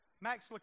Max